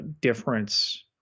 difference